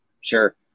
sure